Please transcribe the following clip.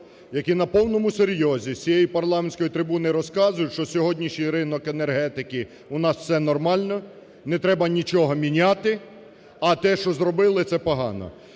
які на повному серйозі з цієї парламентської трибуни розказують, що сьогоднішній ринок енергетики, у нас все нормально, не треба нічого міняти. А те, що зробили, це погано.